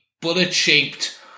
bullet-shaped